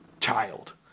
child